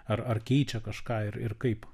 ar ar keičia kažką ir ir kaip